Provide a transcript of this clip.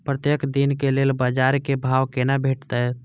प्रत्येक दिन के लेल बाजार क भाव केना भेटैत?